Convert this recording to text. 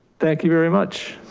thank you very much.